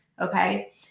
Okay